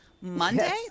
Monday